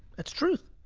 that's truth.